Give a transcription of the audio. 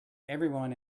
everyone